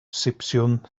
sipsiwn